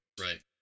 Right